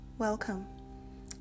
Welcome